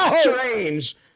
Strange